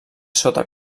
sota